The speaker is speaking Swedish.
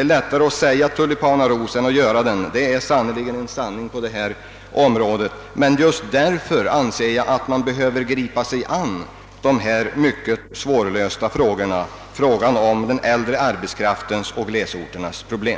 är lättare att säga tulipanaros än att göra den — detta är verkligen en sanning i det här sammanhanget. Just därför anser jag att man måste gripa sig an med de här svårlösta frågorna — den äldre arbetskraftens och glesorternas problem.